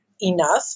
enough